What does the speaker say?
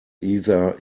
either